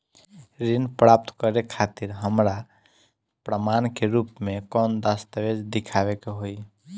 ऋण प्राप्त करे खातिर हमरा प्रमाण के रूप में कौन दस्तावेज़ दिखावे के होई?